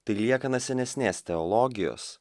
tai liekana senesnės teologijos